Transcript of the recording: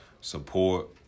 Support